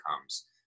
comes